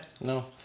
no